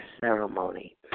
ceremony